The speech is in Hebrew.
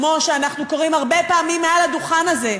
כמו שאנחנו קוראים הרבה פעמים מעל הדוכן הזה,